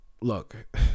look